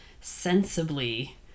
Sensibly